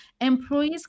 employees